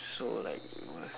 so like what